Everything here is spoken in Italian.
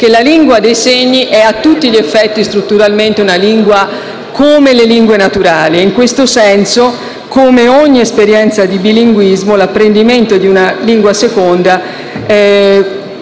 che la lingua dei segni è a tutti gli effetti strutturalmente una lingua, come quelle naturali. In questo senso, come ogni esperienza di bilinguismo, l'apprendimento di una seconda